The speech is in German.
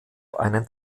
einen